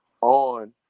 on